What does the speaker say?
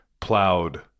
plowed